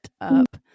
up